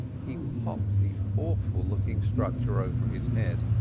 he popped the awful-looking structure over his head.